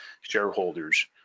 shareholders